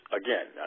again